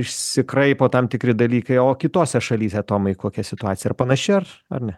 išsikraipo tam tikri dalykai o kitose šalyse tomai kokia situacija panaši ar ar ne